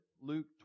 Luke